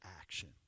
action